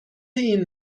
این